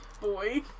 boy